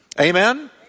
Amen